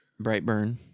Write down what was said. Brightburn